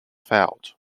veld